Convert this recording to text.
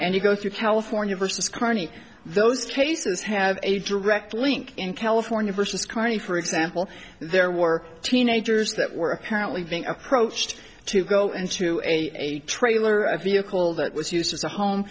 through california versus carney those cases have a direct link in california versus carney for example there were teenagers that were apparently being approached to go into a trailer a vehicle that was used as a home